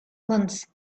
once